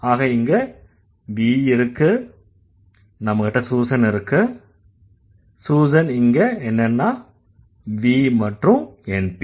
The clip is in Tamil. ஆக இங்க V இருக்கு நம்மகிட்ட Susan இருக்கு Susan இங்க என்னன்னா V மற்றும் NP